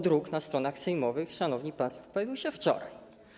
Druk na stronach sejmowych, szanowni państwo, pojawił się wczoraj.